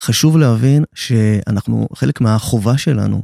חשוב להבין שאנחנו חלק מהחובה שלנו.